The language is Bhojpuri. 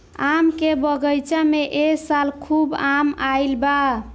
आम के बगीचा में ए साल खूब आम आईल बा